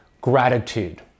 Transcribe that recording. gratitude